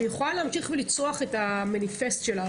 והיא יכולה להמשיך ולצרוח את המניפסט שלה,